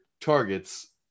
targets